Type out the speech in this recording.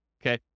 okay